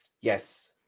Yes